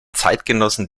zeitgenossen